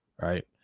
right